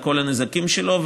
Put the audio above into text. על כל הנזקים שלו.